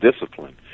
discipline